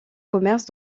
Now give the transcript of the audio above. commerce